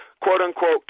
quote-unquote